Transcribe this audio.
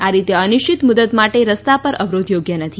આ રીતે અનિશ્ચિત મુદત માટે રસ્તા પર અવરોધ યોગ્ય નથી